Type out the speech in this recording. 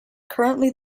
currently